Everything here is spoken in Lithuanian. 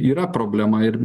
yra problema ir